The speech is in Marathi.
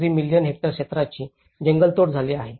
33 मिलियन हेक्टर क्षेत्राची जंगलतोड झाली आहे